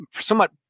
somewhat